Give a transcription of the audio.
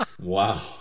Wow